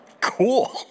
Cool